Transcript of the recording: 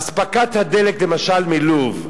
למשל אספקת הדלק מלוב,